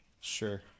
Sure